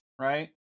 right